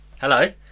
Hello